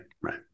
right